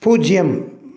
பூஜ்ஜியம்